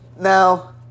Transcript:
Now